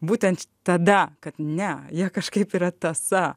būtent tada kad ne jie kažkaip yra tąsa